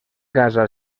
casa